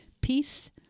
peace